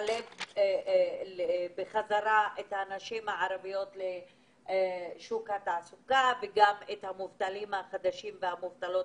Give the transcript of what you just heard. בחשבון את ההתפתחויות שקרו בחודשיים האחרונים.